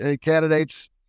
candidates